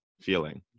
feeling